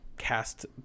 cast